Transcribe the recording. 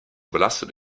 überlastet